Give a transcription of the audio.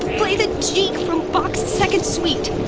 play the gigue from bach's second suite!